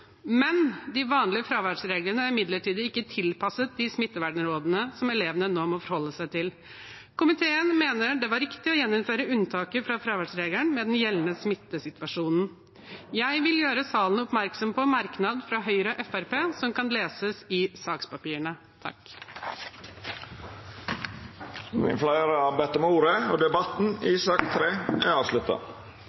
men de vanlige fraværsreglene er imidlertid ikke tilpasset de smittevernrådene som elevene nå må forholde seg til. Komiteen mener det var riktig, med den gjeldende smittesituasjonen, å gjeninnføre unntaket fra fraværsregelen. Jeg vil gjøre salen oppmerksom på merknaden fra Høyre og Fremskrittspartiet, som kan leses i sakspapirene. Fleire har ikkje bedt om ordet til sak nr. 3. Etter ynske frå kommunal- og